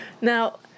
Now